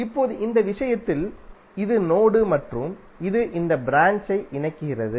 இப்போது இந்த விஷயத்தில் இது நோடு மற்றும் இது இந்த ப்ராஞ்ச்சை இணைக்கிறது